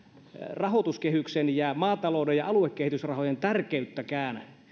rahoituskehyksen ja maatalouden ja aluekehitysrahojen tärkeyttäkään